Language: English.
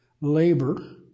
labor